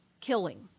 killing